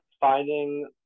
finding